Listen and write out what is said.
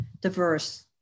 diverse